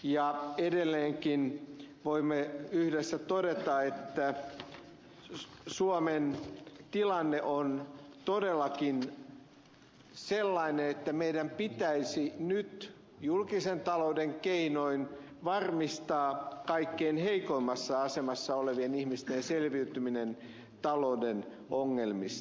ja edelleenkin voimme yhdessä todeta että suomen tilanne on todellakin sellainen että meidän pitäisi nyt julkisen talouden keinoin varmistaa kaikkein heikoimmassa asemassa olevien ihmisten selviytyminen talouden ongelmista